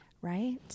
Right